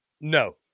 No